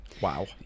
Wow